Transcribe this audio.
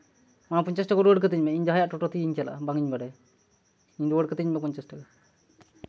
ᱚᱱᱟ ᱯᱚᱧᱪᱟᱥ ᱴᱟᱠᱟ ᱨᱩᱣᱟᱹᱲ ᱠᱟᱹᱛᱤᱧ ᱢᱮ ᱤᱧ ᱡᱟᱦᱟᱸᱭᱟᱜ ᱴᱳᱴᱳ ᱛᱮᱜᱤᱧ ᱪᱟᱞᱟᱜᱼᱟ ᱵᱟᱝ ᱤᱧ ᱵᱟᱰᱟᱭᱟ ᱤᱧ ᱨᱩᱣᱟ ᱲ ᱠᱟᱹᱛᱤᱧ ᱢᱮ ᱯᱚᱧᱪᱟᱥ ᱴᱟᱠᱟ